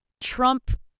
Trump